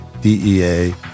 DEA